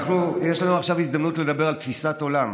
יש לנו עכשיו הזדמנות לדבר על תפיסת עולם: